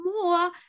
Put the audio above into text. more